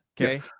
Okay